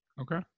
okay